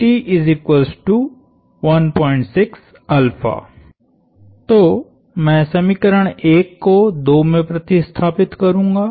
तो मैं समीकरण 1 को 2 में प्रतिस्थापित करूंगा